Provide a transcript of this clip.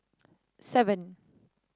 seven